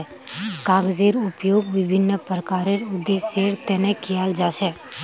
कागजेर उपयोग विभिन्न प्रकारेर उद्देश्येर तने कियाल जा छे